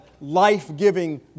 life-giving